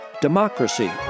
Democracy